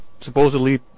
supposedly